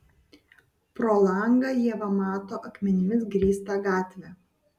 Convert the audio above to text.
pro langą ieva mato akmenimis grįstą gatvę